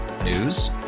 News